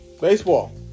Baseball